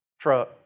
truck